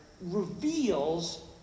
reveals